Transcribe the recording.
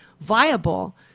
viable